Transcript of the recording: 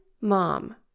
mom